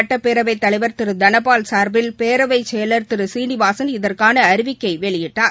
சுட்டப்பேரவைத் தலைவர் திரு தனபால் சார்பில் பேரவைச் செயலர் திரு சீனிவாசன் இதற்கான அறிவிக்கை வெளியிட்டுள்ளார்